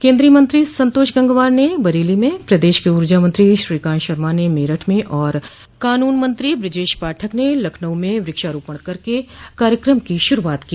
केन्द्रीय मंत्री संतोष गंगवार ने बरेली में प्रदेश के ऊर्जामंत्री श्रीकांत शर्मा ने मेरठ में और कानून मंत्री ब्रजेश पाठक ने लखनऊ म वृक्षारोपण करके कार्यक्रम की शुरूआत की